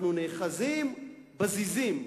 אנחנו נאחזים בזיזים.